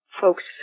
folks